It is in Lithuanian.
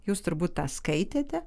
jūs turbūt tą skaitėte